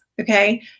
okay